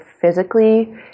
physically